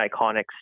iconic